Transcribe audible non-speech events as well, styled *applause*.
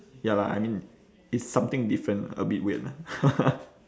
ya lah I mean it's something different a bit weird lah *laughs*